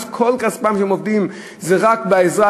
כל כספם מעבודתם זה רק בשביל העזרה,